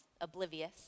oblivious